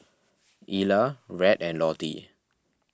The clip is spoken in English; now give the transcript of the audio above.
Ela Rhett and Lottie